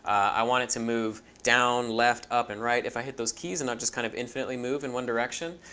i want it to move down, left, up, and right if i hit those keys. and i'll just kind of infinitely move in one direction.